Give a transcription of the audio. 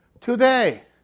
today